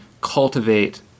cultivate